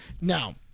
now